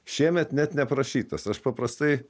šiemet net neprašytas aš paprastai